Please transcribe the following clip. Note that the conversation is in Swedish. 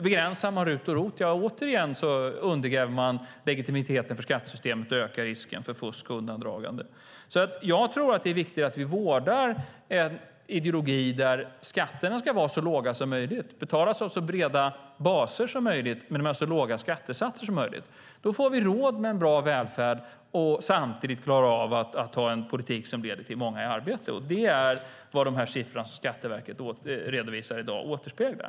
Begränsar man RUT och ROT - återigen - undergräver man legitimiteten för skattesystemet och ökar risken för fusk och undandragande. Jag tror att det är viktigt att vi vårdar en ideologi där skatterna ska vara så låga som möjligt och betalas av så breda baser som möjligt. Det ska vara så låga skattesatser som möjligt. Då får vi råd med en bra välfärd och klarar samtidigt av att ha en politik som leder till många i arbete. Det är vad de siffror som Skatteverket redovisar i dag återspeglar.